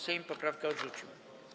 Sejm poprawkę odrzucił.